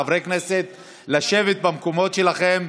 חברי הכנסת, לשבת במקומות שלכם.